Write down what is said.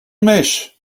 mèche